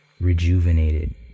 rejuvenated